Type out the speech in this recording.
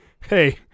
hey